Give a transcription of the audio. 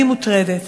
אני מוטרדת.